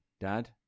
Dad